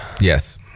Yes